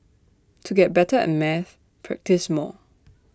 to get better at maths practise more